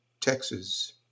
Texas